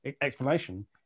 explanation